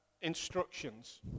instructions